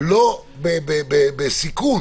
לא בסיכון,